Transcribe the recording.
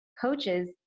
coaches